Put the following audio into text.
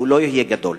לא יהיה גדול.